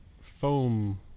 foam